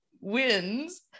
wins